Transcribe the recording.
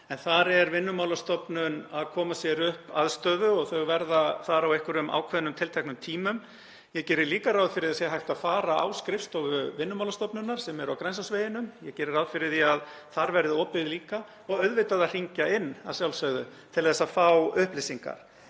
en þar er Vinnumálastofnun að koma sér upp aðstöðu og þau verða þar á einhverjum tilteknum tímum. Ég geri líka ráð fyrir að hægt verði að fara á skrifstofu Vinnumálastofnunar sem er á Grensásveginum. Ég geri ráð fyrir því að þar verði opið líka og auðvitað hægt að hringja inn til að fá upplýsingar.